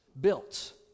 built